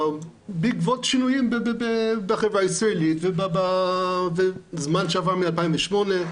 בעקבות שינויים בחברה הישראלית ובזמן שעבר מ-2008,